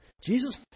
Jesus